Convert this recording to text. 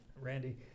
Randy